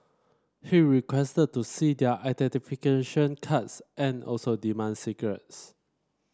he requested to see their identification cards and also demanded cigarettes